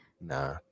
Nah